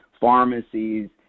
pharmacies